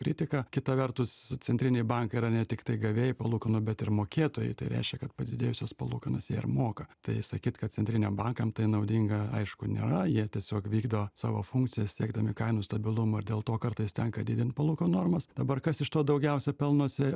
kritiką kita vertus centriniai bankai yra ne tiktai gavėjai palūkanų bet ir mokėtojai tai reiškia kad padidėjusias palūkanas jie ir moka tai sakyt kad centriniam bankam tai naudinga aišku nėra jie tiesiog vykdo savo funkcijas siekdami kainų stabilumo ir dėl to kartais tenka didint palūkanų normas dabar kas iš to daugiausia pelnosi